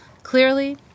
Clearly